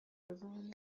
بزارمشون